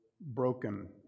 broken